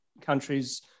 countries